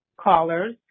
callers